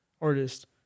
artist